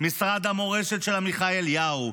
משרד המורשת של עמיחי אליהו,